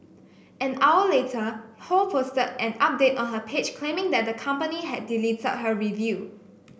an hour later Ho posted an update on her page claiming that the company had deleted her review